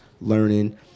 learning